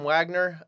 Wagner